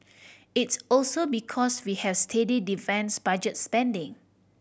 it's also because we have steady defence budget spending